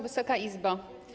Wysoka Izbo!